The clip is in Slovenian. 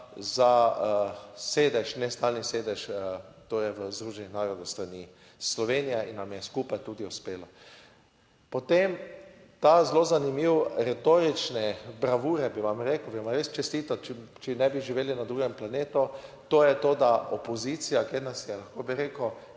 za sedež, nestalni sedež torej v Združenih narodov s strani Slovenije in nam je skupaj tudi uspelo. Potem ta zelo zanimiv retorične bravure, bi vam rekel, bi vam res čestital, če ne bi živeli na drugem planetu. To je to, da opozicija, kjer nas je, lahko bi rekel,